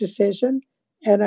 decision and